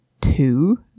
Two